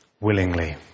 willingly